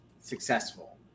successful